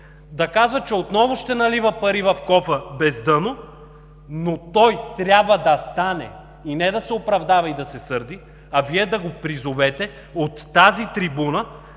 да казва, че отново ще налива пари в кофа без дъно, но той трябва да стане и не да се оправдава и да се сърди, а Вие да го призовете от тази трибуна